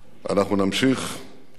אנחנו נמשיך לפתח